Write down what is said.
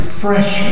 fresh